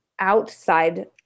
outside